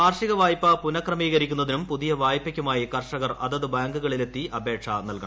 കാർഷിക വായ്പ പുനഃക്രമീകരിക്കുന്നതിനും പുതിയ വായ്പയ്ക്കുമായി കർഷകർ അതത് ബാങ്കുകളിലെത്തി അപേക്ഷ നൽകണം